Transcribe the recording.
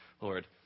Lord